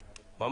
בבקשה.